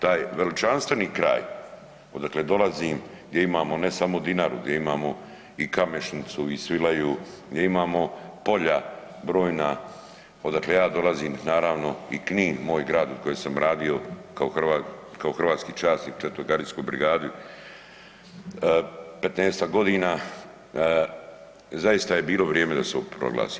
Taj veličanstveni kraj odakle dolazim gdje imamo ne samo Dinaru, gdje imamo i Kamešnicu i Svilaju, gdje imamo polja brojna odakle ja dolazim, naravno i Knin moj grad u kojem sam radio kao hrvatski časnik u 4. gardijskoj brigadi 15-tak godina zaista je bilo vrijeme da se ovo proglasi.